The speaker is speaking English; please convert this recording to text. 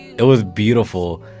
it was beautiful,